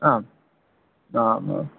आम् आमां